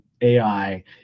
AI